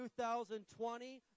2020